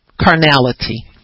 carnality